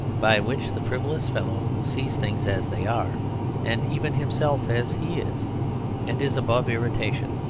by which the frivolous fellow sees things as they are and even himself as he is and is above irritation.